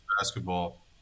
basketball